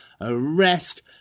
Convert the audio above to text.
arrest